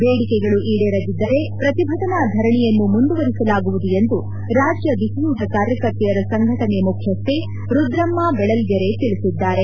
ಬೇಡಿಕೆಗಳು ಈಡೇರದಿದ್ದರೆ ಪ್ರತಿಭಟನಾ ಧರಣಿಯನ್ನು ಮುಂದುವರೆಸಲಾಗುವುದು ಎಂದು ರಾಜ್ಯ ಬಿಸಿಯೂಟ ಕಾರ್ಯಕರ್ತೆಯರ ಸಂಘಟನೆ ಮುಖ್ಯಸ್ಥೆ ರುದ್ರಮ್ಮ ಬೆಳಲ್ಗೆರೆ ತಿಳಿಸಿದ್ದಾರೆ